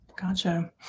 Gotcha